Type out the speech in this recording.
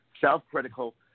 Self-critical